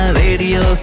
radio